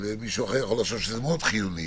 אבל מישהו אחר יכול לחשוב שזה מאוד חיוני.